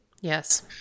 Yes